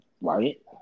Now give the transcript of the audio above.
Right